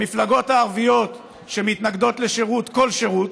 המפלגות הערביות שמתנגדות לשירות, כל שירות,